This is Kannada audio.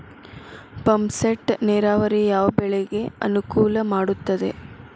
ಪಂಪ್ ಸೆಟ್ ನೇರಾವರಿ ಯಾವ್ ಬೆಳೆಗೆ ಅನುಕೂಲ ಮಾಡುತ್ತದೆ?